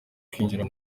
kwinjira